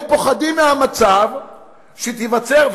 הם פוחדים מהמצב שייווצר,